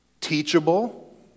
Teachable